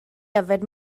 yfed